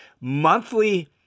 monthly